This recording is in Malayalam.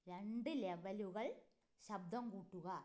രണ്ട് ലെവലുകൾ ശബ്ദം കൂട്ടുക